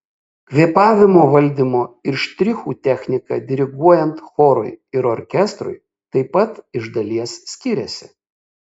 kvėpavimo valdymo ir štrichų technika diriguojant chorui ir orkestrui taip pat iš dalies skiriasi